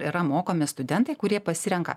yra mokomi studentai kurie pasirenka